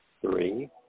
Three